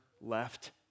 left